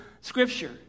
scripture